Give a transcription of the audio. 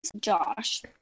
Josh